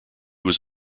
was